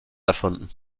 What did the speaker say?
erfunden